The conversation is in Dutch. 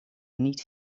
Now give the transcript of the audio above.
niet